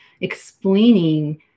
explaining